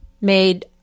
made